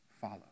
Follow